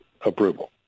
approval